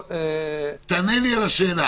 תענה לי על השאלה.